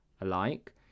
alike